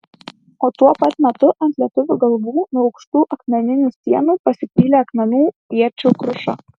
o tuo pat metu ant lietuvių galvų nuo aukštų akmeninių sienų pasipylė akmenų iečių kruša